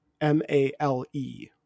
M-A-L-E